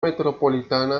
metropolitana